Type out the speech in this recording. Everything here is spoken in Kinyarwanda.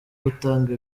gutanga